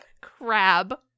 Crab